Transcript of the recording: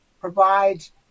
provides